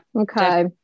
Okay